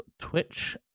twitch